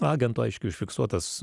agento aiškiai užfiksuotas